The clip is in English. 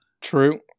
True